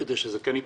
כדי שזה כן ייפתר.